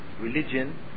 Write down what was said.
religion